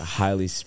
highly